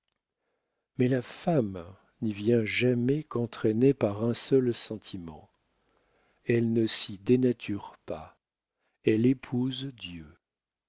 mais la femme n'y vient jamais qu'entraînée par un seul sentiment elle ne s'y dénature pas elle épouse dieu